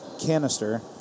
canister